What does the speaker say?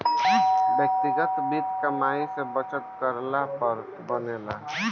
व्यक्तिगत वित्त कमाई से बचत करला पर बनेला